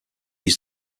used